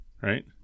right